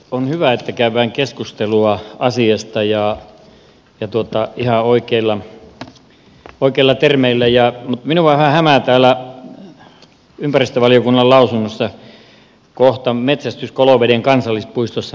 on hyvä että käydään keskustelua asiasta ja ihan oikeilla termeillä mutta minua vähän hämää täällä ympäristövaliokunnan lausunnossa kohta metsästys koloveden kansallispuistossa